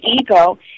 ego